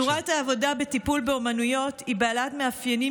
צורת העבודה בטיפול באומנויות היא בעלת מאפיינים